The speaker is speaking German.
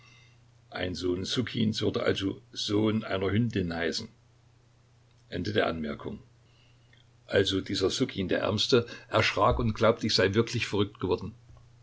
würde also sohn einer hündin heißen anm d übers also dieser ssukin der ärmste erschrak und glaubte ich sei wirklich verrückt geworden